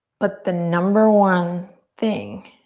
but the number one thing,